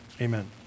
amen